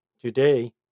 Today